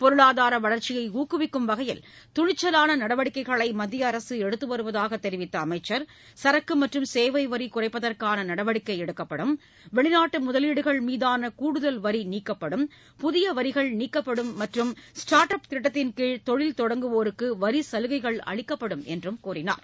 பொருளாதார வளர்ச்சியை ஊக்குவிக்கும் வகையில் துணிச்சலான நடவடிக்கைகளை மத்திய அரசு எடுத்து வருவதாக தெரிவித்த அமைச்சர் சரக்கு மற்றும் சேவை வரி குறைப்பதற்கான நடவடிக்கை எடுக்கப்படும் வெளிநாட்டு முதலீடுகள் மீதான கூடுதல் வரி நீக்கப்படும் புதிய வரிகள் நீக்கப்படும் மற்றும் ஸ்டா்ட் அப் திட்டத்தின் கீழ் தொழில் தொடங்குவோருக்கு வரி கலுகைகள் அளிக்கப்படும் என்று கூறினார்